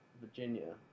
Virginia